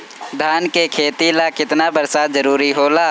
धान के खेती ला केतना बरसात जरूरी होला?